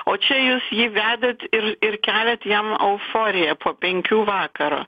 o čia jūs jį vedat ir ir keliat jam euforiją po penkių vakaro